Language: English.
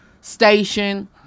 station